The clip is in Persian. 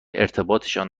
ارتباطشان